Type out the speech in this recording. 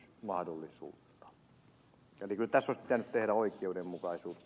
eli kyllä tässä olisi pitänyt olla oikeudenmukaisuutta